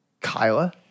Kyla